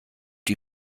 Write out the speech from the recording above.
die